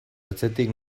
atzetik